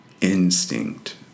instinct